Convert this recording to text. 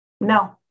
No